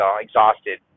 exhausted